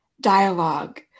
dialogue